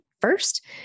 first